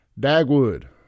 Dagwood